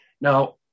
Now